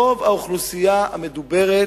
רוב האוכלוסייה המדוברת